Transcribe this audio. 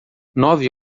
nove